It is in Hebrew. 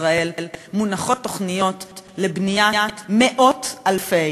ישראל מונחות תוכניות לבניית מאות אלפים,